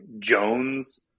Jones